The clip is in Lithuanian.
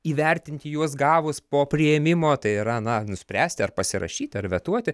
įvertinti juos gavus po priėmimo tai yra na nuspręsti ar pasirašyti ar vetuoti